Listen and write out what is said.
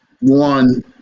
one